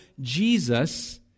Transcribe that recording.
Jesus